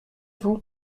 vous